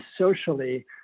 socially